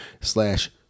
slash